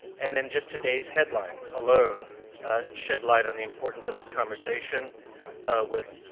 and then, just today's headlines alone shed light on the importance of this conversation with